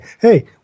hey